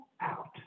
out